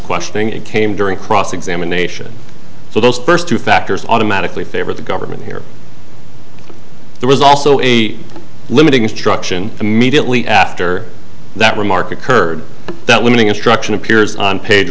questioning it came during cross examination so those two factors automatically favor the government here there was also a limiting instruction immediately after that remark occurred that limiting instruction appears on page